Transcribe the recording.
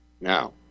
Now